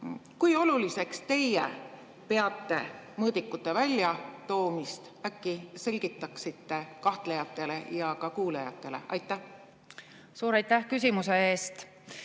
Kui oluliseks teie peate mõõdikute väljatoomist? Äkki selgitaksite kahtlejatele ja ka kuulajatele? Suur aitäh küsimuse eest!